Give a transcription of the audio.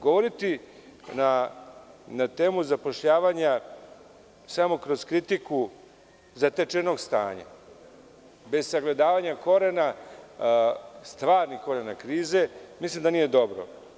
Govoriti na temu zapošljavanja samo kroz kritiku zatečenog stanja bez sagledavanja korena, stvarnih korena krize, mislim da nije dobro.